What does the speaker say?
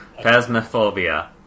Phasmophobia